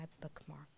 bookmark